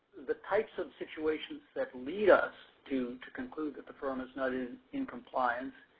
the types of situations that lead us to to conclude that the firm is not in in compliance,